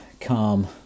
calm